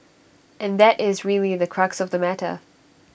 and that is really the crux of the matter